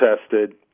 tested